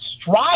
strive